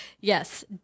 Yes